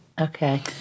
Okay